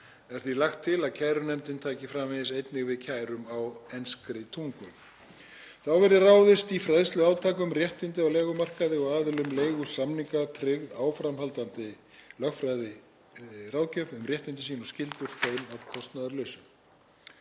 Er því lagt til að kærunefndin taki framvegis einnig við kærum á enskri tungu. Þá verði ráðist í fræðsluátak um réttindi á leigumarkaði og aðilum leigusamninga tryggð áframhaldandi lögfræðiráðgjöf um réttindi sín og skyldur þeim að kostnaðarlausu.